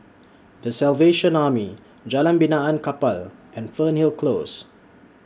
The Salvation Army Jalan Benaan Kapal and Fernhill Close